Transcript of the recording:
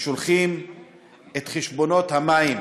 ששולחים את חשבונות המים,